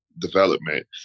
Development